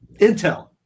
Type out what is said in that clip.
Intel